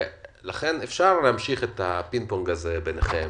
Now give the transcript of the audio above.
אפשר להמשיך את הפינג פונג הזה ביניכם,